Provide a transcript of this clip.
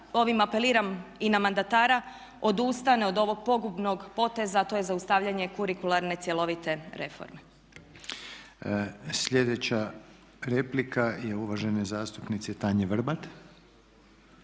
ovim apeliram i na mandatara odustane od ovog pogubnog poteza a to je zaustavljanje kurikularne cjelovite reforme. **Reiner, Željko (HDZ)** Sljedeća replika je uvažene zastupnice Tanje Vrbat.